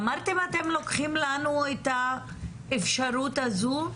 אמרתם, אתם לוקחים לנו את האפשרות הזו?